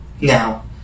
Now